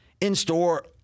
in-store